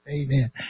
Amen